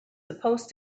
supposed